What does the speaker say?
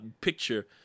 picture